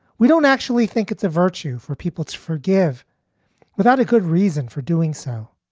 we don't actually think it's a virtue for people to forgive without a good reason for doing so.